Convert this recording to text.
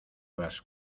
las